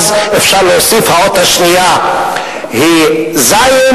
אז אפשר להוסיף שהאות השנייה היא זי"ן